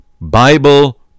Bible